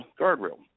guardrail